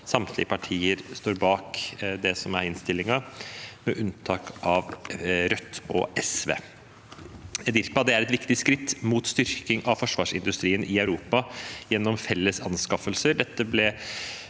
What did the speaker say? Samtlige partier står bak innstillingen, med unntak av Rødt og SV. EDIRPA er et viktig skritt mot styrking av forsvarsindustrien i Europa gjennom felles anskaffelser.